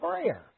prayer